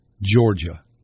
Georgia